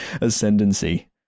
ascendancy